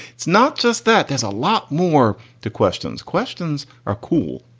it's not just that there's a lot more to questions questions are cool